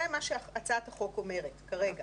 זה מה שהצעת החוק אומרת כרגע.